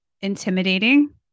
intimidating